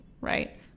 right